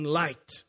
light